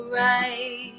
right